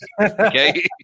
okay